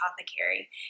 Apothecary